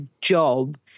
job